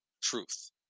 truth